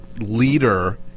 leader